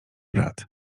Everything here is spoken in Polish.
brat